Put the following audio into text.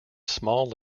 smaller